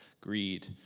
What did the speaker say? greed